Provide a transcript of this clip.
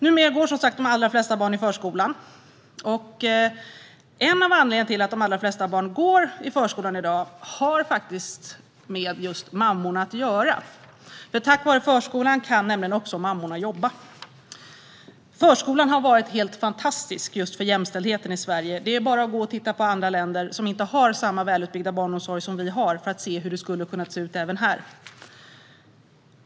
Numera går de allra flesta barn i förskolan. En av anledningarna till att de flesta barn går i förskolan i dag har faktiskt med mammorna att göra, för tack vare förskolan kan även mammorna jobba. Förskolan har varit fantastisk för jämställdheten i Sverige; det är bara att titta på länder som inte har samma välutbyggda barnomsorg för att se hur det hade kunnat se ut även här.